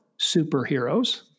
superheroes